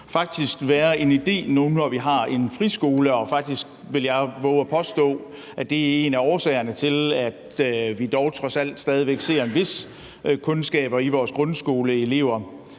friskolen. Nu, når vi har en friskole – som faktisk, vil jeg vove at påstå, er en af årsagerne til, at vi dog trods alt stadig væk ser en vis kundskab hos vores grundskoleelever